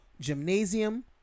Gymnasium